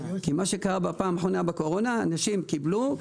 כי מה שקרה בפעם האחרונה בקורונה אנשים קיבלו,